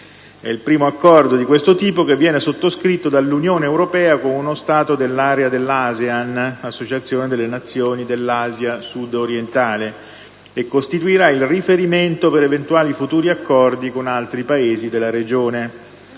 il primo Accordo di questo tipo che viene sottoscritto dall'Unione europea con uno Stato dell'area dell'ASEAN (Associazione delle Nazioni dell'Asia sudorientale) e costituirà il riferimento per eventuali futuri accordi con altri Paesi della regione.